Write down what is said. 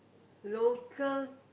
local